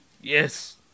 Yes